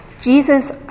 Jesus